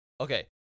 Okay